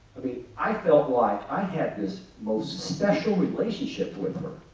i mean, i felt like i had this most special relationship with her.